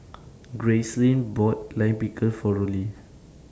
Gracelyn bought Lime Pickle For Rollie